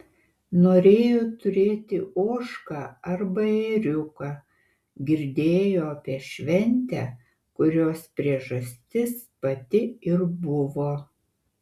norėjo turėti ožką arba ėriuką girdėjo apie šventę kurios priežastis pati ir buvo